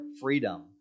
freedom